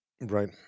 Right